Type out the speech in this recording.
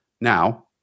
Now